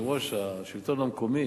שהוא יושב-ראש השלטון המקומי,